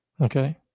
Okay